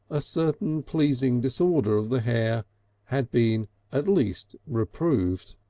a certain pleasing disorder of the hair had been at least reproved.